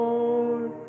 Lord